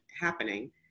happening